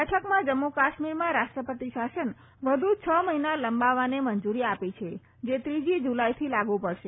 બેઠકમાં જમ્મુ કાશ્મીરમાં રાષ્ટ્રપતિ શાસન વધુ છ મહિના લંબાવવાને મંજૂરી આપી છે જે ત્રીજી જુલાઈથી લાગુ પડશે